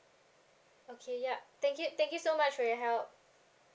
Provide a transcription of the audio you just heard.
okay yup thank you thank you so much for your help